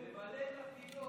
ממלא את תפקידו.